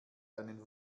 einen